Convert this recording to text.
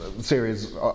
series